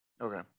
Okay